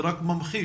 זה רק ממחיש